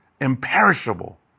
imperishable